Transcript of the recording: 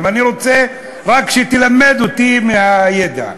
אני רוצה רק שתלמד אותי מהידע.